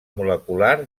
molecular